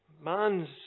Man's